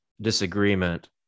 disagreement